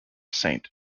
ste